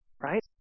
right